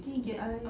he get I